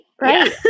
right